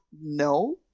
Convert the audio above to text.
no